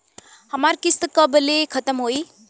हमार किस्त कब ले खतम होई?